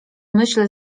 myśl